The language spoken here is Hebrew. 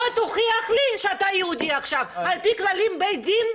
בוא תוכיח לי שאתה יהודי עכשיו על פי כללי בית הדין,